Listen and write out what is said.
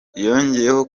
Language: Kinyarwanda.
yongeyeho